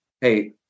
Hey